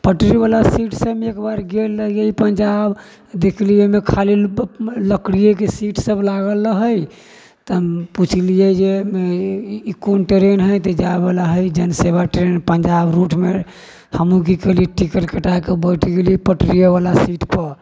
poetry बला सीटसँ हम एकबार गेल रहियै पंजाब देखलियै ओहिमे खाली लकड़िये के सीट सभ लागल रहै तऽ हम पुछलियै जे ई कोन ट्रेन हय तऽ जाइ बला हय जनसेवा ट्रेन पंजाब रूट मे हमहुँ कि केलियै टिकट कटा कऽ बैठ गेलियै पटरिये बला सीट पर